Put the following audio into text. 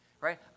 right